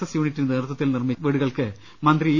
S യൂണിറ്റിന്റെ നേതൃത്വത്തിൽ നിർമിക്കുന്ന വീടുകൾക്ക് മന്ത്രി ഇ